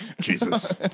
Jesus